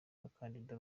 bakandida